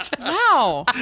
Wow